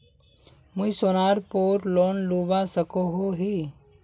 मुई सोनार पोर लोन लुबा सकोहो ही?